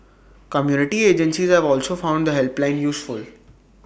community agencies have also found the helpline useful